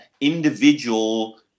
individual